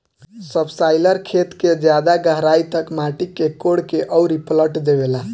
subsoiler खेत के ज्यादा गहराई तक माटी के कोड़ के अउरी पलट देवेला